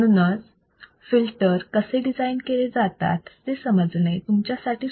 म्हणूनच फिल्टर कसे डिझाईन केले जातात ते समजणे तुमच्यासाठी सोपे असेल